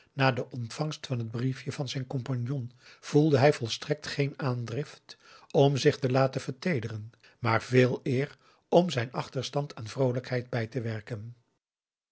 na de ontvangst van t briefje van zijn compagnon voelde hij volstrekt geen aandrift om zich te laten verteederen maar veeleer om zijn achterstand aan vroolijkheid bij te werken